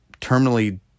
terminally